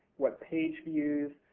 what page views.